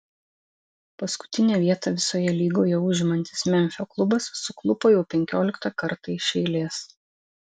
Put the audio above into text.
paskutinę vietą visoje lygoje užimantis memfio klubas suklupo jau penkioliktą kartą iš eilės